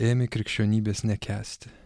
ėmė krikščionybės nekęsti